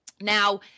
Now